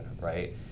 right